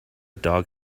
dog